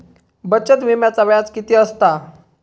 बचत विम्याचा व्याज किती असता?